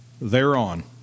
thereon